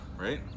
Right